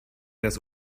das